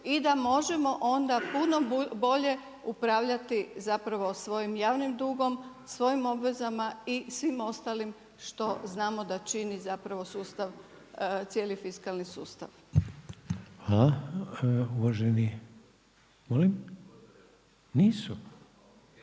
i da možemo onda puno bolje upravljati zapravo svojim javnim dugom, osvojim obvezama i svim ostalim što znamo da čini zapravo cijeli fiskalni sustav. **Reiner, Željko